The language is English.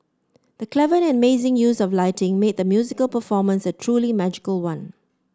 the clever and amazing use of lighting made the musical performance a truly magical one